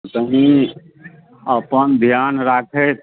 कनी अपन धियान राखैत